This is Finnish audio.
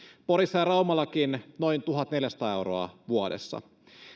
porissa ja raumallakin noin tuhatneljäsataa euroa vuodessa